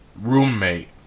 roommate